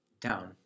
Down